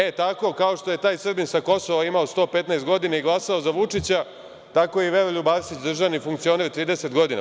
E, tako kao što je taj Srbina sa Kosova imao 115 godina i glasao za Vučića, tako je i Veroljub Arsić državni funkcioner 30 godina.